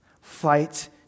Fight